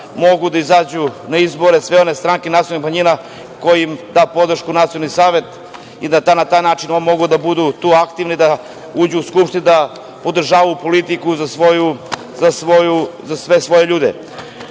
mogu da izađu na izbore sve one stranke nacionalnih manjina kojima da podršku nacionalni savet i da na taj način mogu da budu tu aktivni, da uđu u Skupštinu, da podržavaju politiku za sve svoje ljude. Ja